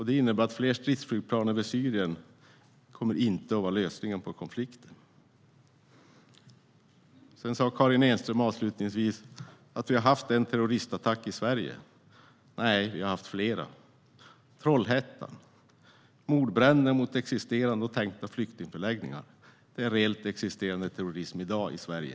Det innebär att fler stridsflygplan över Syrien inte kommer att vara lösningen på konflikten. Karin Enström sa avslutningsvis att vi har haft en terroristattack i Sverige. Nej, vi har haft flera: Trollhättan och mordbränder mot existerande och tänkta flyktingförläggningar. Det är reellt existerande terrorism i dag i Sverige.